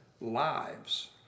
lives